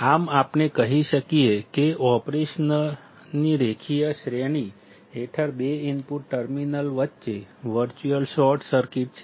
આમ આપણે કહી શકીએ કે ઓપરેશનની રેખીય શ્રેણી હેઠળ બે ઇનપુટ ટર્મિનલ વચ્ચે વર્ચ્યુઅલ શોર્ટ સર્કિટ છે